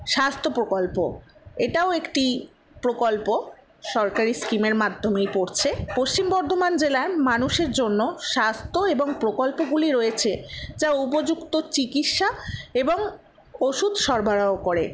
স্বাস্থ্য প্রকল্প এটাও একটি প্রকল্প সরকারি স্কিমের মাধ্যমেই পড়ছে পশ্চিম বর্ধমান জেলার মানুষের জন্য স্বাস্থ্য এবং প্রকল্পগুলি রয়েছে যা উপযুক্ত চিকিৎসা এবং ওষুধ সরবরাহ করে